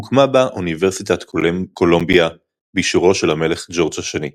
הוקמה בה אוניברסיטת קולומביה באישורו של המלך ג'ורג' השני.